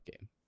game